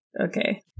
okay